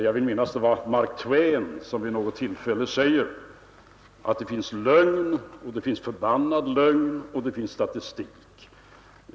Jag vill minnas att det var Mark Twain som vid något tillfälle sade att det finns lögn och det finns förbannad lögn och det finns statistik.